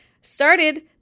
started